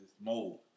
mold